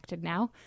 Now